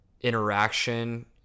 interaction